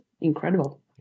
incredible